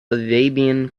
arabian